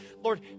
Lord